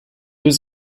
was